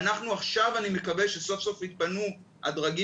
עכשיו אני מקווה שסוף סוף יתפנו הדרגים